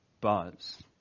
buzz